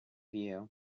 you